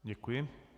Děkuji.